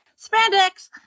spandex